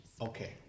Okay